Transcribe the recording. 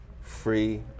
Free